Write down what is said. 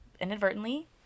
inadvertently